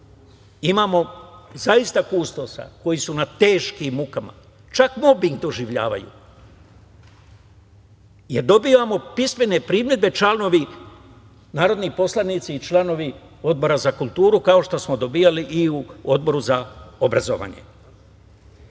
Imamo zaista kustosa koji su na teškim mukama, čak doživljavaju mobing. Dobijamo pismene primedbe, narodni poslanici, članovi Odbora za kulturu, kao što smo dobijali i u Odboru za obrazovanje. Dalje